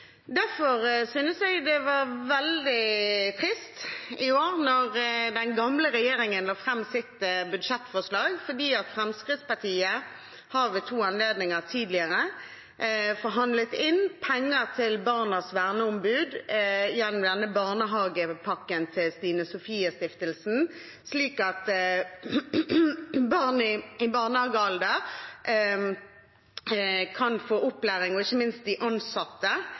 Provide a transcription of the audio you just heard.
Derfor synes jeg det var veldig trist i år da den gamle regjeringen la fram sitt budsjettforslag, for Fremskrittspartiet har ved to anledninger tidligere forhandlet inn penger til barnas verneombud gjennom barnehagepakken til Stine Sofies Stiftelse, slik at barn i barnehagealder kan få opplæring, og ikke minst de ansatte,